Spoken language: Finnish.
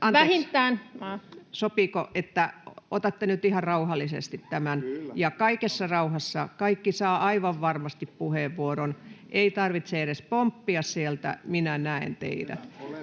Content: Anteeksi! — Sopiiko, että otatte nyt ihan rauhallisesti tämän ja kaikessa rauhassa. Kaikki saavat aivan varmasti puheenvuoron. Ei tarvitse edes pomppia sieltä, minä näen teidät.